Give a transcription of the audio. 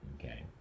okay